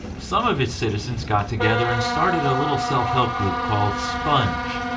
some of its citizens got together and started a little self-help group called sponge,